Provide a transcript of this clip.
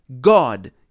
God